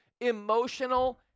emotional